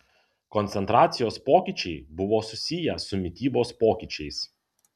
koncentracijos pokyčiai buvo susiję su mitybos pokyčiais